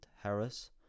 Harris